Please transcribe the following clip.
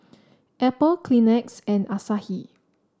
Apple Kleenex and Asahi